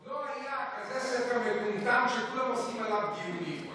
עוד לא היה כזה ספר מטומטם שכולם עושים עליו דיונים.